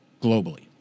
globally